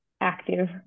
active